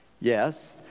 Yes